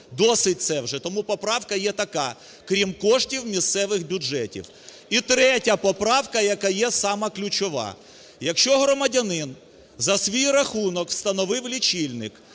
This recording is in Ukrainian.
Досить це вже. Тому поправка є така: крім коштів місцевих бюджетів. І третя поправка, яка є сама ключова. Якщо громадянин за свій рахунок встановив лічильник